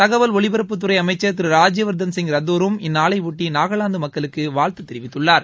தகவல் ஒலிபரப்புத்துறை அமைச்ச் திரு ராஜ்ப வாத்தன் சிங் ரத்தோரும் இந்நாளைபொட்டி நாகலாந்து மக்களுக்கு வாழ்த்து தெரிவித்துள்ளார்